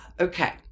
Okay